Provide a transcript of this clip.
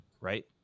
right